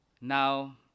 Now